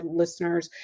listeners